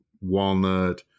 walnut